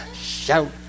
shout